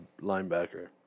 linebacker